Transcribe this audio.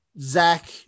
Zach